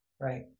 Right